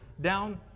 down